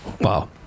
Wow